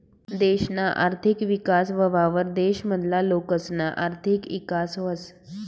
देशना आर्थिक विकास व्हवावर देश मधला लोकसना ईकास व्हस